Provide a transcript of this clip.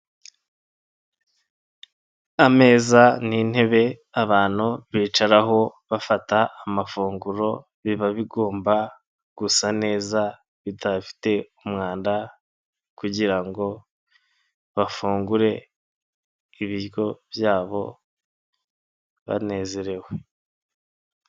Ameza n'intebe abantu bicaraho bafata amafunguro, biba bigomba gusa neza bidafite umwanda kugira ngo bafungure ibiryo byabo banezerewe.